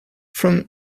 from